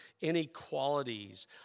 inequalities